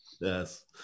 Yes